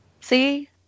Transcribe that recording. see